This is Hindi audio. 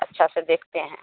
अच्छा से देखते हैं